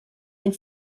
and